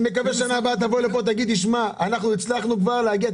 אני מקווה שבשנה הבאה תגיד שהצלחתם להגיע.